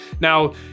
Now